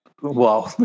Wow